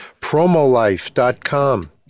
Promolife.com